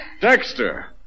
Dexter